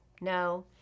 no